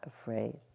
afraid